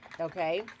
okay